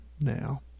now